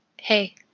hey